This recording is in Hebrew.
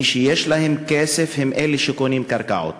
מי שיש להם כסף הם אלה שקונים קרקעות,